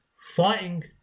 fighting